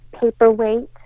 paperweight